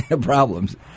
problems